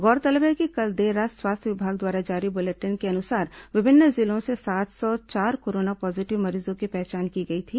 गौरतलब है कि कल देर रात स्वास्थ्य विभाग द्वारा जारी बुलेटिन के अनुसार विभिन्न जिलों से सात सौ चार कोरोना पॉजिटिव मरीजों की पहचान की गई थी